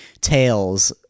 tales